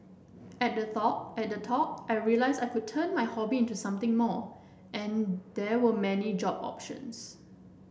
at the talk at the talk I realised I could turn my hobby into something more and there were many job options